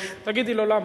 תגידי לו למה.